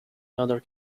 other